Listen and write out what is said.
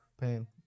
Pain